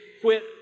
quit